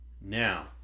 Now